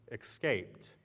escaped